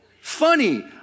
funny